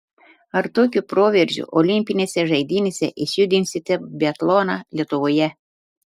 ar tokiu proveržiu olimpinėse žaidynėse išjudinsite biatloną lietuvoje